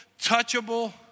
touchable